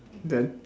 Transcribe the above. then